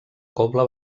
cobla